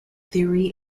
theory